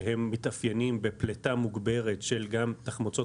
שהם מתאפיינים בפליטה מוגברת של תחמוצות